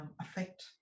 affect